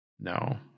No